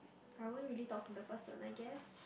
I won't really talk to the person I guess